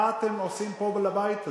מה אתם עושים פה לבית הזה?